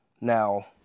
Now